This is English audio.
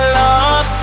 love